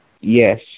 Yes